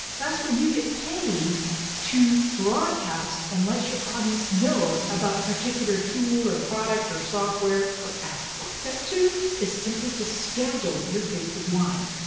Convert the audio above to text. that's where you get paid to broadcast and let your audience know about a particular tool, or product, or software, or app. step two is simply to schedule your facebook live.